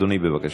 אדוני, בבקשה.